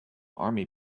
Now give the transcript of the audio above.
army